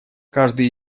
каждый